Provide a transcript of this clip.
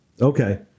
Okay